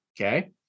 okay